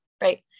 right